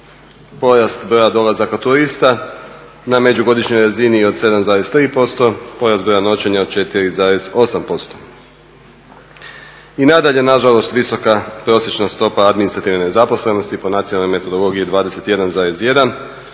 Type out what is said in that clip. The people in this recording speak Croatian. porast broja dolazaka turista na međugodišnjoj razini od 7,3%, porast broja noćenja od 4,8%. I nadalje nažalost visoka prosječna stopa administrativne nezaposlanosti, po nacionalnoj metodologiji 21,1